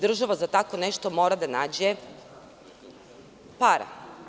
Država za tako nešto mora da nađe para.